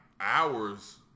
hours